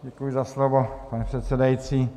Děkuji za slovo, pane předsedající.